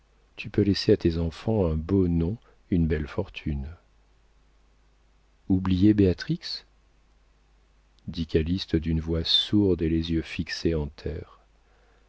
tu peux laisser à tes enfants un beau nom une belle fortune oublier béatrix dit calyste d'une voix sourde et les yeux fixés en terre